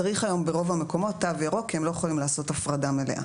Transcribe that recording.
צריך היום ברוב המקומות תו ירוק כי הם לא יכולים לעשות הפרדה מלאה.